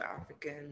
African